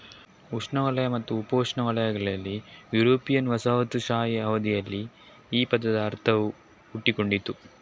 ಉಷ್ಣವಲಯ ಮತ್ತು ಉಪೋಷ್ಣವಲಯಗಳಲ್ಲಿ ಯುರೋಪಿಯನ್ ವಸಾಹತುಶಾಹಿ ಅವಧಿಯಲ್ಲಿ ಈ ಪದದ ಅರ್ಥವು ಹುಟ್ಟಿಕೊಂಡಿತು